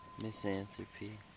misanthropy